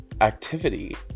activity